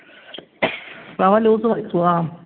റവ ലൂസ് മതി